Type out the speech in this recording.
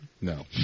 No